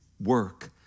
work